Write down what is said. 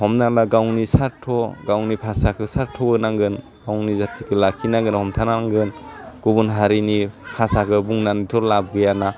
हमनाला गावनि सार्थ' गावनि बासाखो सार्थ होनांगोन गावनि जातिखौ लाखि नांगोन हमथानांगोन गुबुन हारिनि भासाखौ बुंनानैथ' लाब गैयाना